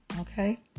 okay